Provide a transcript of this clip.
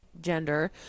gender